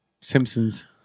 Simpsons